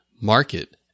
market